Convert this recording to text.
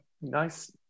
Nice